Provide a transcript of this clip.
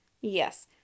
Yes